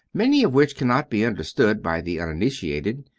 many of which cannot be understood by the uninitiated.